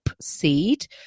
seed